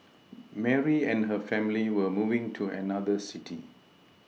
Mary and her family were moving to another city